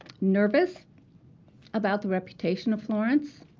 nervous about the reputation of florence.